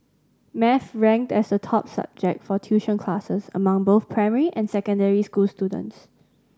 maths ranked as the top subject for tuition classes among both primary and secondary school students